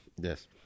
Yes